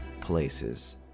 places